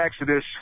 exodus